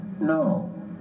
No